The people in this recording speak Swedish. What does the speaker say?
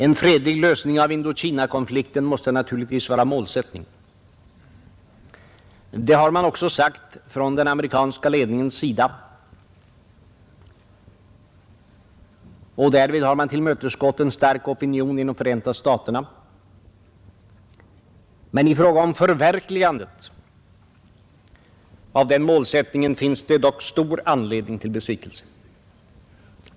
En fredlig lösning av Indokinakonflikten måste naturligtvis vara målsättningen. Det har man också sagt från den amerikanska ledningens sida, och därvid har man tillmötesgått en stark opinion inom Förenta staterna. I fråga om förverkligandet av den målsättningen finns det dock stor anledning till besvikelse.